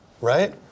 right